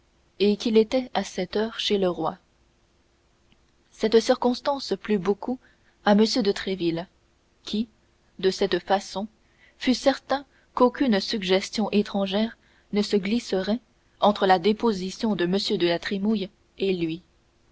et qu'il était à cette heure chez le roi cette circonstance plut beaucoup à m de tréville qui de cette façon fut certain qu'aucune suggestion étrangère ne se glisserait entre la déposition de m de la trémouille et lui